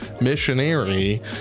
missionary